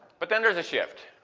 but then there's a shift.